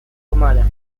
humana